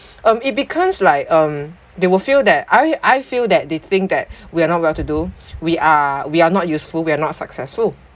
um it becomes like um they will feel that I I feel that they think that we are not well to do we are we are not useful we are not successful